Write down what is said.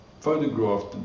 photographed